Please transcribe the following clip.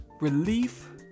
relief